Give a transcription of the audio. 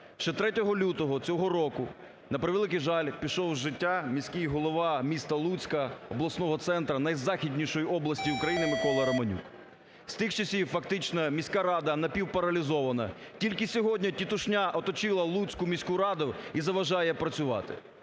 Ще 3 лютого цього року, на превеликий жаль, пішов з життя міський голова міста Луцька, обласного центру, найзахіднішої області України, Микола Романюк. З тих часів фактично міська рада напівпаралізована. Тільки сьогодні тітушня оточила Луцьку міську раду і заважає працювати.